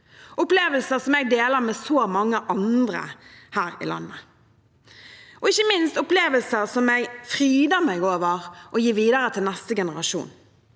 opplevelser som jeg deler med så mange andre her i landet, og ikke minst opplevelser som jeg fryder meg over å gi videre til neste generasjon.